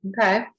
Okay